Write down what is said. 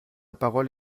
parole